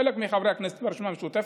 חלק מחברי הכנסת מהרשימה המשותפת,